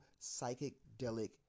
psychedelic